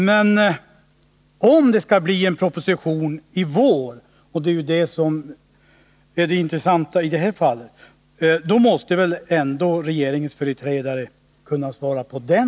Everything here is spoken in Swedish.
Men i frågan om det skall bli en proposition i vår — det är ju det som är det intressanta i detta fall — måste väl ändå regeringens företrädare kunna ge besked.